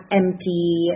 empty